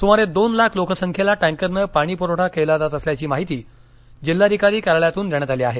सुमारे दोन लाख लोकसंख्येला टँकरनं पाणीपुरवठा केला जात असल्याची माहिती जिल्हाधिकारी कार्यालयातून देण्यात आली आहे